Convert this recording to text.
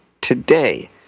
today